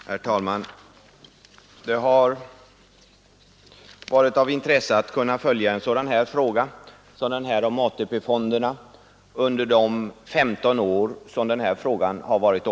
Herr talman! Det har varit av intresse att kunna följa en sådan fråga som den här om ATP-fonderna under de 15 år som den har diskuterats.